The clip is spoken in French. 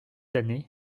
années